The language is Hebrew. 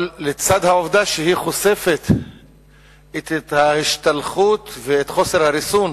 אבל לצד העובדה שהוא חושף את ההשתלחות ואת חוסר הריסון